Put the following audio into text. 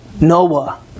Noah